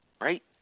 right